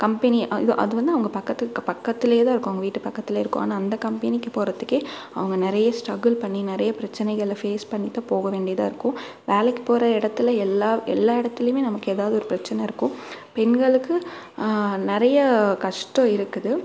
company இது அது வந்து அவங்க பக்கத்து பக்கத்துலையேதான் இருக்கும் அவங்க வீட்டு பக்கத்துலையே இருக்கும் ஆனால் அந்த கம்பெனிக்கு போகறதுக்கே அவங்க நிறையா ஸ்ட்ரகில் பண்ணி நிறையா பிரச்சனைகளை ஃபேஸ் பண்ணி தான் போக வேண்டியதாக இருக்கும் வேலைக்கு போகற இடத்துல எல்லாம் எல்லா இடத்துலையுமே நமக்கு எதாவது ஒரு பிரச்சனை இருக்கும் பெண்களுக்கு நிறையா கஷ்டம் இருக்குது